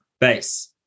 Base